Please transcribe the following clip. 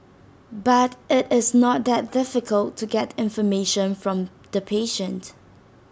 but IT is not that difficult to get information from the patient